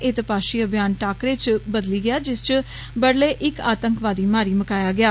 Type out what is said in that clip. एह् तपाशी अभियान टाकरे च बदली गेया जिस च बडलै इक आतंकवादी मारी मकाया गेया